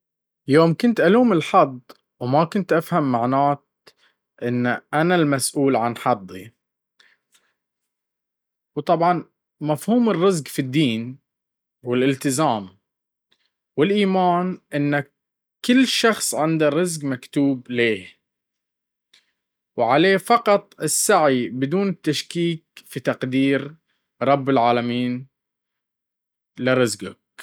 يوم كنت ألوم الحظ وما كنت افهم معنات انه انا المسؤول عن حظي و طبعًا مفهوم الرزق في الدين والالتزام والايمان انك كل شخص عنده رزق مكتوب ليه وعليه فقط السعي بدون التشكيك في تقدير رب العالمين لرزقه.